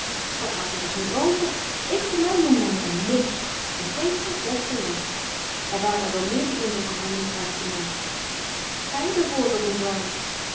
dat had juist niet over ik voor mij noemde hem een monster en keetje desgelijks er waren er wel die meer indruk op haar lief hartje maakten gij bij voorbeeld niet waar